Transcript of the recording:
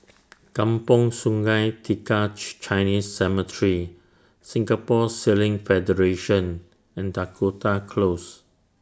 Kampong Sungai Tiga Chinese Cemetery Singapore Sailing Federation and Dakota Close